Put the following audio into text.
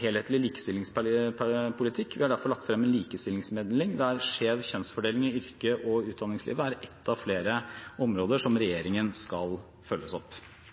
helhetlig likestillingspolitikk. Vi har derfor lagt frem en likestillingsmelding der skjev kjønnsfordeling i yrkes- og utdanningslivet er ett av flere områder som regjeringen skal følge opp.